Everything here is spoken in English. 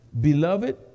Beloved